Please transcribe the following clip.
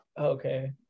Okay